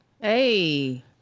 Hey